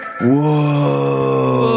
Whoa